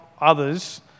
others